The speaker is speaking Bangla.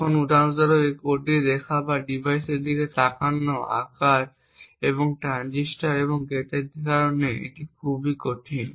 যখন উদাহরণ স্বরূপ কোডটি দেখা বা ডিভাইসের দিকে তাকানো আকার এবং ট্রানজিস্টর এবং গেটের সংখ্যার কারণে এটি খুবই কঠিন